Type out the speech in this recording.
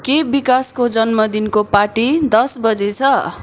के विकासको जन्मदिनको पार्टी दस बजी छ